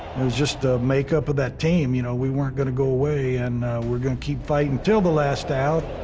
just the makeup of that team, you know? we weren't going to go away, and we're going to keep fighting until the last out.